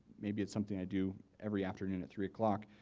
maybe it's something i do every afternoon at three o'clock.